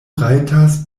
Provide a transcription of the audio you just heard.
rajtas